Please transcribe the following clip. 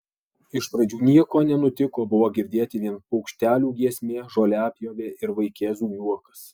iš pradžių nieko nenutiko buvo girdėti vien paukštelių giesmė žoliapjovė ir vaikėzų juokas